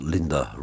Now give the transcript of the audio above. Linda